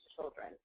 children